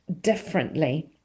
differently